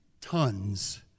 Tons